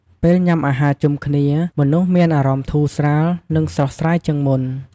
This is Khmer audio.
ពេលញ៉ាំអាហារជុំគ្នា មនុស្សមានអារម្មណ៍ធូរស្រាល និងស្រស់ស្រាយជាងមុន។